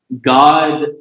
God